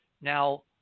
Now